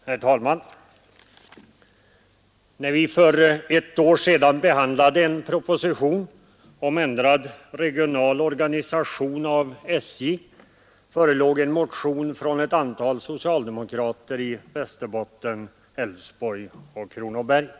Herr talman! När riksdagen för ett år sedan behandlade en proposition om ändrad regional organisation av SJ förelåg en motion från ett antal socialdemokrater i Västerbottens, Kronobergs och Älvsborgs län.